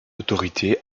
autorité